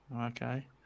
Okay